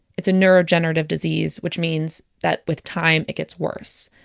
it's a neurodegenerative disease which means that with time, it gets worse.